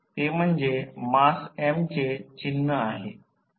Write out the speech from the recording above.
ते म्हणजे mass m चे चिन्ह आहे